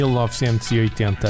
1980